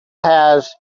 has